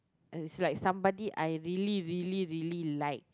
it's some somebody I really really really like